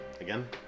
again